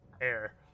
air